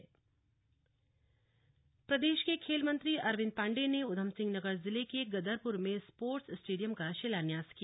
stadium शिलान्यास प्रदेश के खेल मंत्री अरविन्द पाण्डेय ने उधमसिंह नगर जिले के गदरपुर में स्पोर्ट्स स्टेडियम का शिलान्यास किया